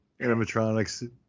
animatronics